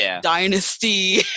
Dynasty